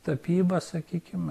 tapyba sakykim